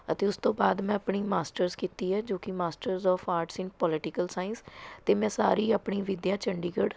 ਅਤੇ ਉਸ ਤੋਂ ਬਾਅਦ ਮੈਂ ਆਪਣੀ ਮਾਸਟਰਜ਼ ਕੀਤੀ ਹੈ ਜੋ ਕਿ masters of arts in political science ਅਤੇ ਮੈਂ ਸਾਰੀ ਆਪਣੀ ਵਿੱਦਿਆ ਚੰਡੀਗੜ੍ਹ